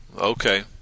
okay